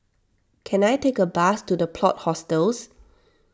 can I take a bus to the Plot Hostels